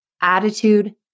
attitude